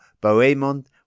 Bohemond